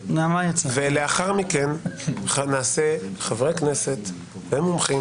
לאחר מכן נשמע את חברי הכנסת והמומחים